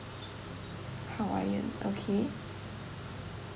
hawaiian okay